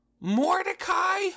Mordecai